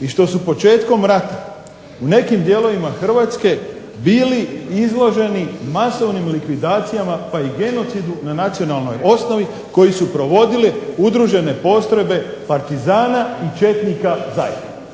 i što su početkom rata u nekim dijelovima Hrvatske bili izloženi masovnim likvidacijama, pa i genocidu na nacionalnoj osnovi, koji su provodile udružene postrojbe partizana i četnika zajedno.